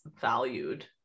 valued